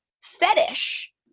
fetish